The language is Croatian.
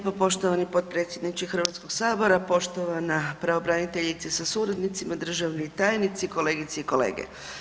Hvala lijepo poštovani potpredsjedniče Hrvatskog sabora, poštovana pravobraniteljice sa suradnicima, državni tajnici, kolegice i kolege.